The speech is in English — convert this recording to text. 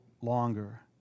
longer